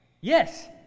Yes